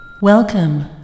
Welcome